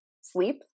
sleep